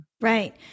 Right